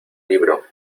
libro